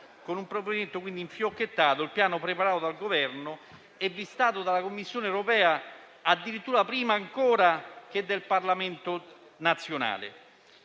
e un provvedimento infiocchettato. Il Piano, preparato dal Governo, è stato vistato dalla Commissione europea addirittura prima che dal Parlamento nazionale.